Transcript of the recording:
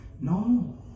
no